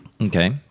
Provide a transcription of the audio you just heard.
Okay